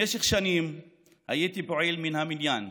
במשך שנים הייתי פועל מן המניין.